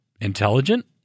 intelligent